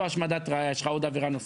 זו השמדת ראיה, יש לך עוד עבירה נוספת.